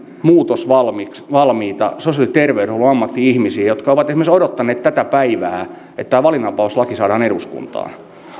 muutosvalmiita sosiaali ja terveydenhuollon ammatti ihmisiä jotka ovat esimerkiksi odottaneet tätä päivää että valinnanvapauslaki saadaan eduskuntaan